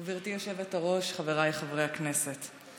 גברתי היושבת-ראש, חבריי חברי הכנסת,